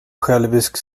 självisk